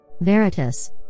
veritas